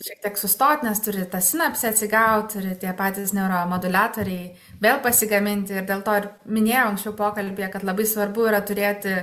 šiek tiek sustot nes turi ta sinapsė atsigaut ir tie patys neuromoduliatoriai vėl pasigaminti ir dėl to ir minėjau anksčiau pokalbyje kad labai svarbu yra turėti